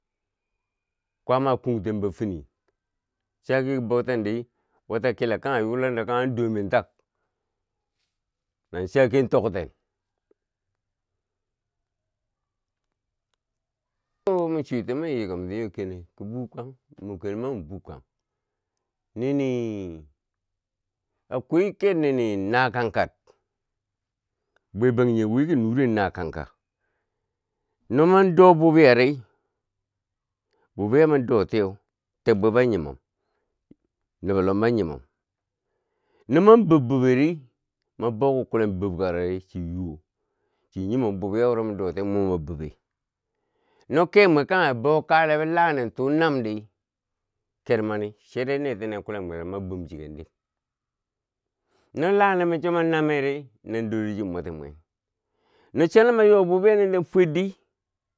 Kwaama a kungten bwo fini sage ko boutendi wata kila kanghe yulando kanghe an do men tak nan sage tok ten wo mi chwitii mi yikomti nyo keneu kobukan mokeneu ma min bukang nini akwai ker nini nakang kad bwe bangjighe wiki nure nakangka no mwan do bubiyari, bu biya mo do tiyeu, teeb bwebo a nyumom, nobo lombo nyumom, no man bwob boberi mo bou ki kulen bwobkakori chi yuwo, chin nyumom bu biya wuro mudotiye nmo ma bube, no kemwe kanghe bou kale bou lanen too namdi ker mani che dai neti nen kwilen mwero mwa bwom chi kendi no lanenbo cho mwa nammeri nandorero chi mwati mwen no channo mwa yo bubiyanin fwer di.